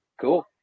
Cool